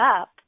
up